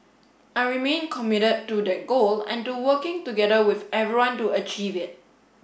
I remain committed to that goal and to working together with everyone to achieve it